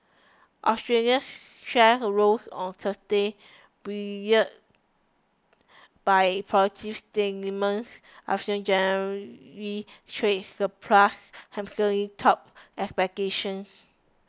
Australians shares a rose on Thursday buoyed by positive sentiments after January's trade surplus handsomely topped expectations